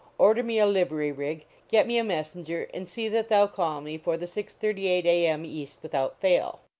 order me a livery rig, get me a messenger and see that thou call me for the six thirty eight a. m. east without fail.